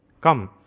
Come